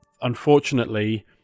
unfortunately